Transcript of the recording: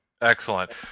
Excellent